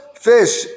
fish